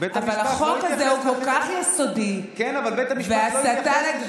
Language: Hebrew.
אבל בית המשפט,